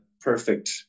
perfect